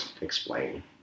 explain